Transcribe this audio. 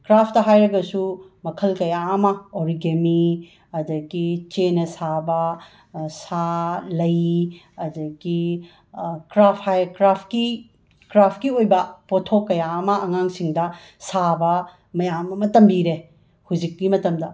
craft ꯍꯥꯏꯔꯒꯁꯨ ꯃꯈꯜ ꯀꯌꯥ ꯑꯃ ꯑꯣꯔꯤꯒꯦꯃꯤ ꯑꯗꯒꯤ ꯆꯦꯅ ꯁꯥꯕ ꯁꯥ ꯂꯩ ꯑꯗꯒꯤ ꯀ꯭ꯔꯥꯐ ꯍꯥꯏ ꯀ꯭ꯔꯥꯐꯀꯤ ꯀ꯭ꯔꯥꯐꯀꯤ ꯑꯣꯏꯕ ꯄꯣꯠꯊꯣꯛ ꯀꯌꯥ ꯑꯃ ꯑꯉꯥꯡꯁꯤꯡꯗ ꯁꯥꯕ ꯃꯌꯥꯝ ꯑꯃ ꯇꯝꯕꯤꯔꯦ ꯍꯧꯖꯤꯛꯀꯤ ꯃꯇꯝꯗ